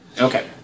Okay